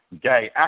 gay